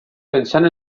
pensant